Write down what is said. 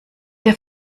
der